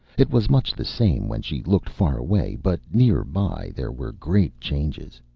it was much the same when she looked far away, but near by there were great changes.